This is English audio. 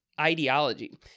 ideology